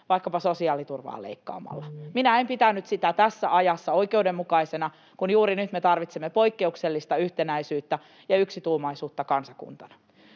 vaikkapa sosiaaliturvaa leikkaamalla. Minä en pitänyt sitä tässä ajassa oikeudenmukaisena, kun juuri nyt me tarvitsemme poikkeuksellista yhtenäisyyttä ja yksituumaisuutta kansakuntana.